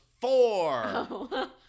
four